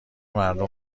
مردم